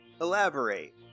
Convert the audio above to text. Elaborate